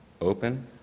open